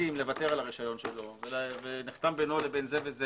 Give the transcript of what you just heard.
יסכים לוותר על הרישיון שלו ונחתם בינו לבין זה וזה